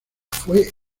fue